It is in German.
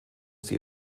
sie